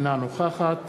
אינה נוכחת